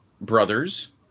brothers